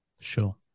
sure